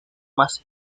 más